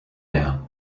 down